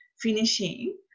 finishing